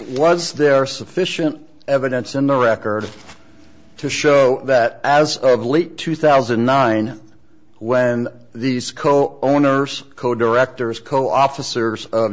was there sufficient evidence in the record to show that as of late two thousand and nine when these co owners co directors co officers